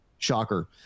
Shocker